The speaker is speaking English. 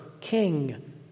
King